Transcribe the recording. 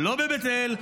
כולם שמאלנים.